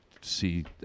see